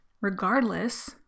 regardless